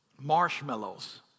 marshmallows